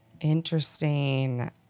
Interesting